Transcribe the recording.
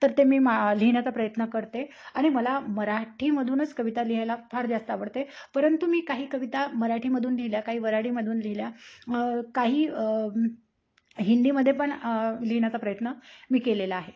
तर ते मी मा लिहिण्याचा प्रयत्न करते आणि मला मराठीमधूनच कविता लिहायला फार जास्त आवडते परंतु मी काही कविता मराठीमधून लिहिल्या काही वऱ्हाडीमधून लिहिल्या काही हिंदीमध्ये पण लिहिण्याचा प्रयत्न मी केलेला आहे